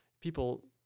people